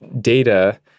data